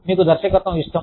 మీకు దర్శకత్వం ఇష్టం